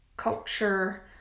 culture